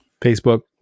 Facebook